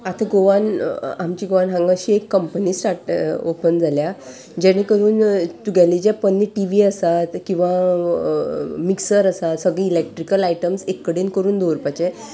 आतां गोवान आमच्या गोंयान हांगा अशी एक कंपनी स्टाट ओपन जाल्या जेणे करून तुगेले जे पन्ने टि वी आसात किंवां मिक्सर आसात सगळे इलॅक्ट्रिकल आयटम्स एक कडेन करून दवरपाचें